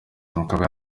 akaba